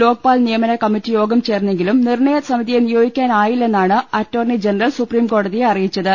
ലോക്പാൽ നിയമന കമ്മറ്റി യോഗം ചേർന്നെങ്കിലും നിർണ്ണയ സമിതിയെ നിയോഗിക്കാനായില്ലെന്നാണ് അറ്റോർണി ജനറൽ സുപ്രീംകോടതിയെ അറിയിച്ചത്